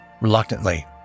Reluctantly